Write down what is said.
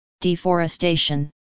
deforestation